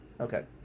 Okay